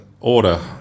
order